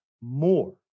more